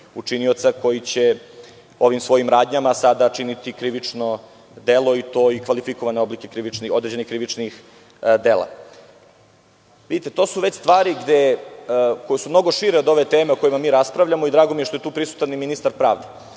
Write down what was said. učinioca koji će ovim svojim radnjama sada činiti krivično delo i kvalifikovane oblike određenih krivičnih dela. Vidite, to su već stvari koje su mnogo šire od ove teme o kojoj mi raspravljamo, drago mi je što je tu prisutan ministar pravde.